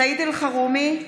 סעיד אלחרומי,